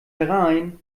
herein